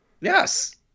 Yes